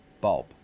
bulb